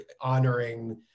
honoring